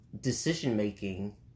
decision-making